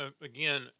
again